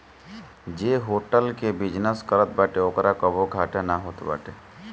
जे होटल कअ बिजनेस करत बाटे ओकरा कबो घाटा नाइ होत बाटे